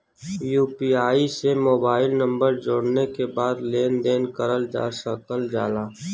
UPI से mobile number जोड़ले के बाद लेन देन करल जा सकल जाला